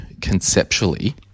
conceptually